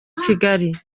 kigali